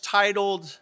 titled